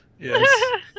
Yes